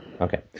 Okay